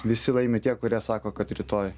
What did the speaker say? visi laimi tie kurie sako kad rytoj